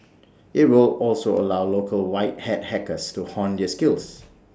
IT would also allow local white hat hackers to hone their skills